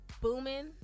booming